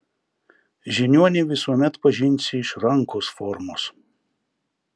žiniuonį visuomet pažinsi iš rankos formos